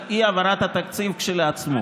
על אי-העברת התקציב כשלעצמו,